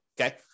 Okay